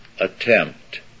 attempt